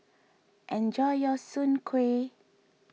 enjoy your Soon Kway